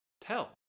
tell